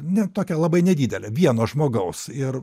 na tokią labai nedidelę vieno žmogaus ir